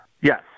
Yes